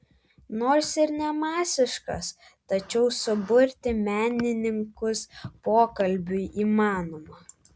nors ir ne masiškai tačiau suburti menininkus pokalbiui įmanoma